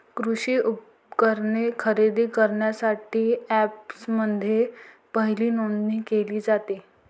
कृषी उपकरणे खरेदी करण्यासाठी अँपप्समध्ये पहिली नोंदणी केली जाते